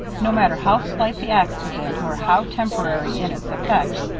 no matter how slight the accident, or how temporary in its effects,